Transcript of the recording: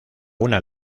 una